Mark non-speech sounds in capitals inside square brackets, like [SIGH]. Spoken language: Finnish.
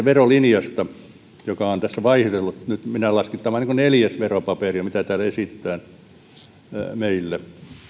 [UNINTELLIGIBLE] verolinjasta joka on tässä vaihdellut minä laskin että tämä on nyt jo neljäs veropaperi mitä täällä esitetään meille